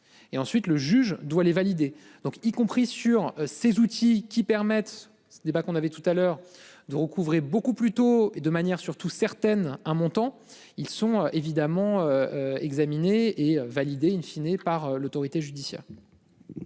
et ensuite le juge doit les valider, donc y compris sur ces outils qui permettent ce n'est pas qu'on avait tout à l'heure de recouvrer beaucoup plus tôt et de manière surtout certaines un montant, ils sont évidemment. Examiner et valider in fine et par l'autorité judiciaire.